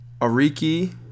Ariki